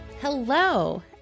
Hello